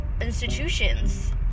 institutions